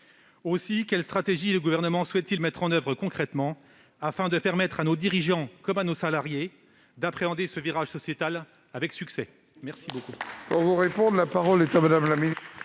? Quelle stratégie le Gouvernement souhaite-t-il mettre en oeuvre concrètement, afin de permettre à nos dirigeants comme à nos salariés d'appréhender ce virage sociétal avec succès ?